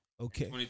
Okay